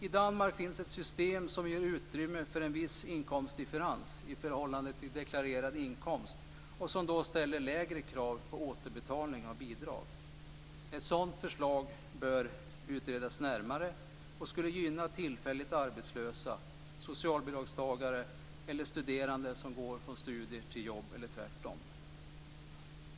I Danmark finns det ett system som ger utrymme för en viss inkomstdifferens i förhållande till deklarerad inkomst och som ställer lägre krav på återbetalning av bidrag. Ett sådant förslag bör utredas närmare, det skulle gynna tillfälligt arbetslösa, socialbidragstagare och studerande som går från studier till jobb eller tvärtom.